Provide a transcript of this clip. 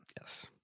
Yes